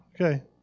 Okay